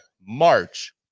March